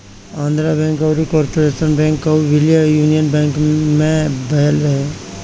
Andhra bank अउरी corporation bank कअ विलय यूनियन बैंक में भयल रहे